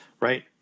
right